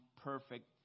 perfect